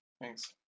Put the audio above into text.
Thanks